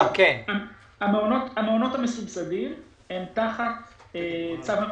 המעונות המסובסדים, הם תחת צו המחירים,